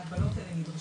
ההגבלות האלה נדרשות.